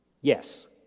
Yes